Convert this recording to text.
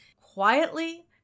quietly